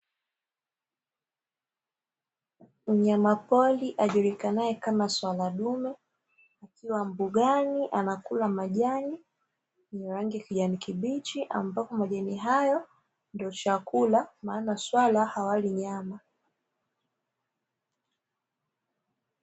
Mnyamapori ajulikanaye kama swala dume, akiwa mbugani anakula majani yenye rangi ya kijani kibichi. Ambapo majani hayo ndiyo chakula, maana swala hawali nyama.